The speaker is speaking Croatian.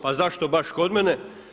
Pa zašto baš kod mene?